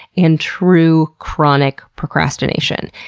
and true chronic procrastination.